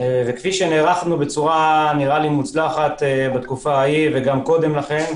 וכפי שנערכנו בצורה מוצלחת בתקופה ההיא וגם קודם לכן,